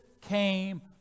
came